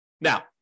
now